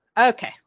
Okay